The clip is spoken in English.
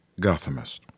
Gothamist